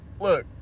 look